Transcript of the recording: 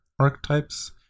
archetypes